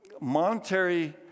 monetary